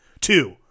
Two